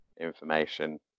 information